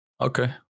Okay